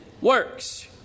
works